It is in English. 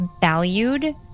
valued